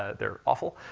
ah they're awful.